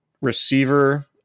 receiver